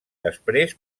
després